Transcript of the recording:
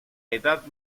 edad